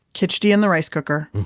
kitchari in the rice cooker.